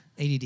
ADD